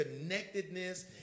connectedness